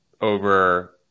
over